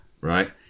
right